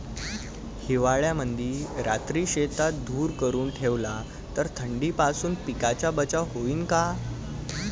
हिवाळ्यामंदी रात्री शेतात धुर करून ठेवला तर थंडीपासून पिकाचा बचाव होईन का?